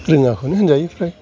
रोङाखौनो होनजायो फ्राय